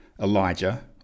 Elijah